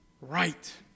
Right